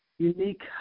unique